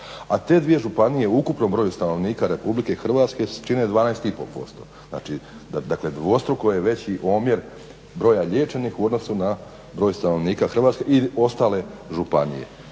a te dvije županije u ukupnom broju stanovnika RH čine 12,5%, znači, dakle dvostruko je veći omjer broja liječenih u odnosu na broj stanovnika Hrvatske ili ostale županije.